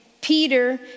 Peter